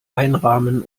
einrahmen